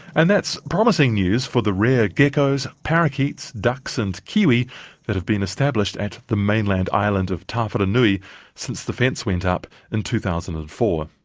and that's promising news for the rare geckos, parakeets, ducks and kiwi that have been established at the mainland island of tawharanui since the fence went up in two thousand and four.